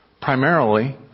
primarily